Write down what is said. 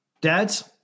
Dads